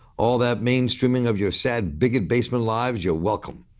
all that mainstreaming of your said bigot basement lives, you're welcome.